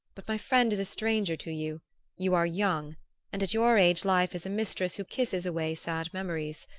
but my friend is a stranger to you you are young and at your age life is a mistress who kisses away sad memories.